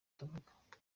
tuvuga